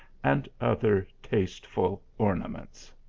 and other taste ful ornaments.